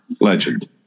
Legend